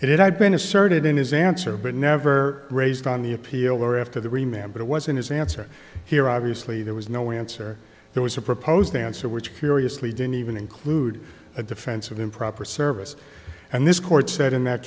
it had been asserted in his answer but never raised on the appeal or after the remembered it was in his answer here obviously there was no answer there was a proposed answer which curiously didn't even include a defense of improper service and this court said in that